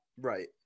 Right